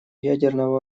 ядерного